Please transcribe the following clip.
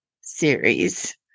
series